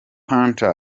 panther